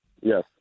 Yes